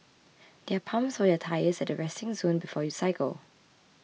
there are pumps for your tyres at the resting zone before you cycle